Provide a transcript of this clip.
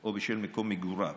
או בשל מקום מגוריו.